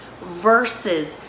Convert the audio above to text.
versus